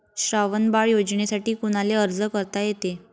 श्रावण बाळ योजनेसाठी कुनाले अर्ज करता येते?